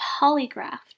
polygraph